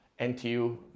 NTU